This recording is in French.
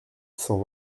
cent